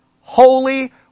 holy